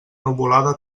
nuvolada